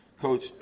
coach